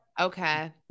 Okay